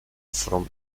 from